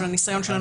אבל הניסיון שלנו